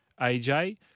AJ